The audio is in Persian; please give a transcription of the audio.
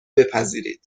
بپذیرید